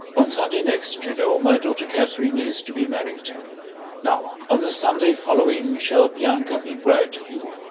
on sunday next, you know, my daughter katherine is to be married now, on the sunday following, shall bianca be bride to you,